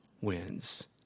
wins